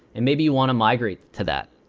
and maybe you want to migrate to that.